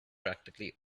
practically